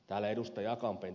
täällä ed